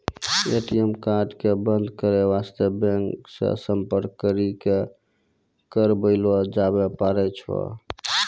ATM card क बन्द करै बास्ते बैंक से सम्पर्क करी क करबैलो जाबै पारै छै